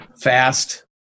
fast